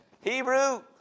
hebrew